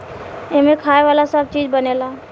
एमें खाए वाला सब चीज बनेला